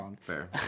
Fair